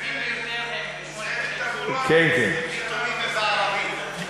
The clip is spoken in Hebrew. הטובים ביותר הם ב-20:30.